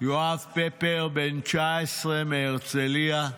יואב פפר, בן 19 מהרצליה,